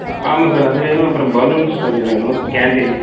ஆமாம் சார் அது வேணும் அப்புறம் பலூன்ஸ் கொஞ்சம் வேணும் கேண்டில்